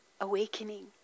awakening